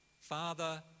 Father